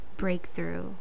breakthrough